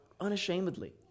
unashamedly